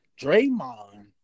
Draymond